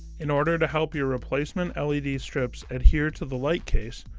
in order to help your replacement led strips adhere to the light case,